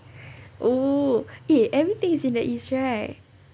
oh eh everything is in the east right